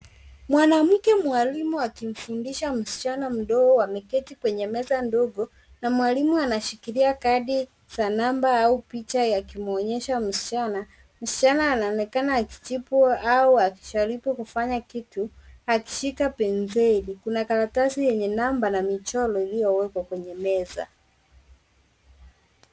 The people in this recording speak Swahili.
Mwanamke mwalimu akimfundisha msichana mdogo. Ameketi kwenye meza ndogo na mwalimu anashikilia kadi za namba au picha akimwonyesha msichana. Msichana anaonekana akijibu au akijaribu kufanya kitu akishika penseli. Kuna karatasi yenye namba na michoro iliyowekwa kwenye meza.